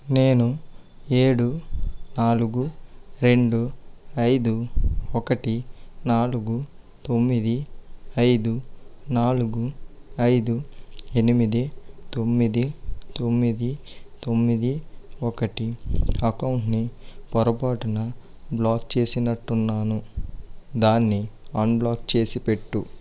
నేను ఏడు నాలుగు రెండు ఐదు ఒకటి నాలుగు తొమ్మిది ఐదు నాలుగు ఐదు ఎనిమిది తొమ్మిది తొమ్మిది తొమ్మిది ఒకటి అకౌంటుని పొరపాటున బ్లాక్ చేసినట్టున్నాను దాన్ని అన్బ్లాక్ చేసిపెట్టుము